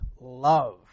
love